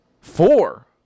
Four